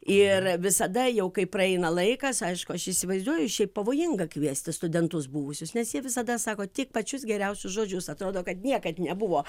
ir visada jau kai praeina laikas aišku aš įsivaizduoju šiaip pavojinga kviesti studentus buvusius nes jie visada sako tik pačius geriausius žodžius atrodo kad niekad nebuvo